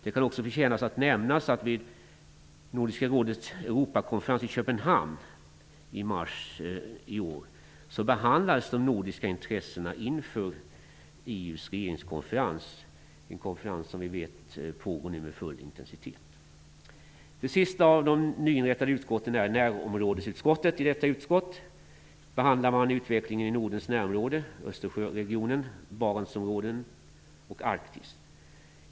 Det kan också förtjänas att nämnas att vid Nordiska rådets Europakonferens i Köpenhamn i mars i år behandlades de nordiska intressena inför EU:s regeringskonferens - en konferens som vi vet pågår nu med full intensitet. Det sista av de nyinrättade utskotten är närområdesutskottet. I detta utskott behandlar man utvecklingen i Nordens närområden: Östersjöregionen, Barentsområdet och Arktis.